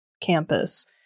campus